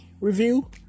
review